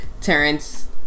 Terrence